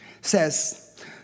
Says